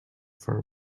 for